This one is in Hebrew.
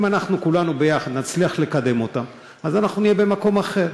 אם אנחנו כולנו ביחד נצליח לקדם אותם אז אנחנו נהיה במקום אחר.